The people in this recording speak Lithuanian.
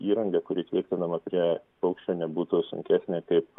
įranga kuri tvirtinama prie paukščio nebūtų sunkesnė kaip